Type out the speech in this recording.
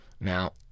Now